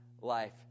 life